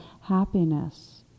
happiness